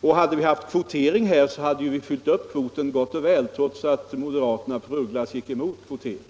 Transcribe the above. Och om vi haft kvotering här hade vi ju fyllt upp kvoten gott och väl, trots att moderaterna och bland dem fru af Ugglas gick emot kvotering.